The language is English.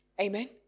Amen